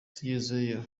tugezeyo